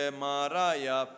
maraya